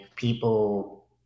People